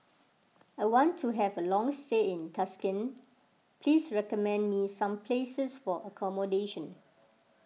I want to have a long stay in Tashkent please recommend me some places for accommodation